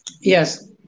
Yes